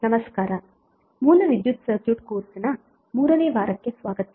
ನಮಸ್ಕಾರ ಮೂಲ ವಿದ್ಯುತ್ ಸರ್ಕ್ಯೂಟ್ ಕೋರ್ಸ್ನ 3 ನೇ ವಾರಕ್ಕೆ ಸ್ವಾಗತ